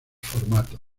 formatos